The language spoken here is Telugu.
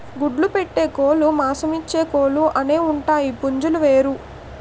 గుడ్లు పెట్టే కోలుమాంసమిచ్చే కోలు అనేవుంటాయి పుంజులు వేరు